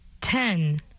ten